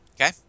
Okay